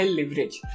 leverage